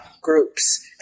groups